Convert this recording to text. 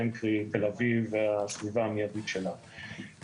קרי תל אביב והסביבה המיידית שלה.